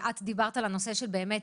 את דיברת על הנושא שבאמת,